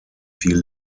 viel